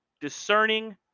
discerning